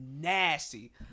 nasty